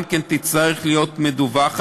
גם היא תצטרך להיות מדווחת.